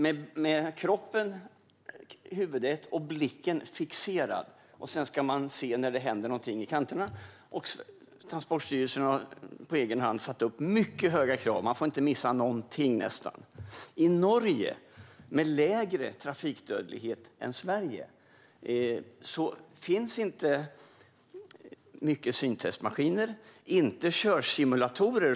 Man har kroppen, huvudet och blicken fixerad. Sedan ska man se när det händer någonting i kanterna. Transportstyrelsen har på egen hand satt upp mycket höga krav. Man får nästan inte missa någonting. I Norge, med lägre trafikdödlighet än i Sverige, finns det inte många syntestmaskiner. Det finns inga körsimulatorer.